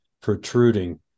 protruding